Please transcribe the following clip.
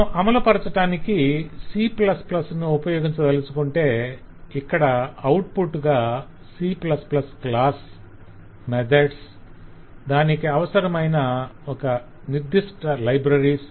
మనం అమలుపరచటానికి C ను ఉపయోగించదలచుకొంటే ఇక్కడ ఔట్పుట్ గా C క్లాస్ మెథడ్స్ దానికి అవసరమైన నిర్దిష్ట లైబ్రరీస్